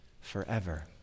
forever